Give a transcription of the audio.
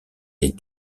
les